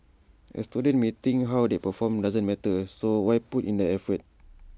A student may think how they perform doesn't matter so why put in the effort